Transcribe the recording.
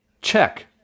check